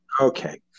Okay